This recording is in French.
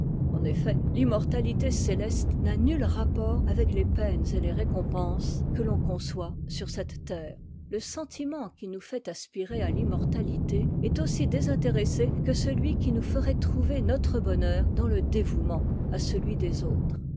en effet t'immortatité céleste n'a nul rapport avec les peines et les récompenses que l'on conçoit sur cette terre le sentiment qui nous fait aspirer à l'immortalité est aussi désintéressé que celui qui nous ferait trouver notre bonheur dans le dévouement à celui des autres